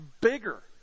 bigger